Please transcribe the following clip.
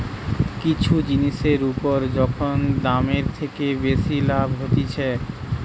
কিছু জিনিসের উপর যখন দামের থেকে বেশি লাভ হতিছে